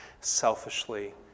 selfishly